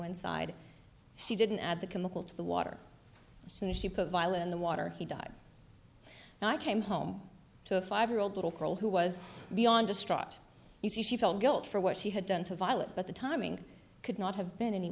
inside she didn't add the chemical to the water as soon as she put violin in the water he died and i came home to a five year old little girl who was beyond distraught you see she felt guilt for what she had done to violet but the timing could not have been any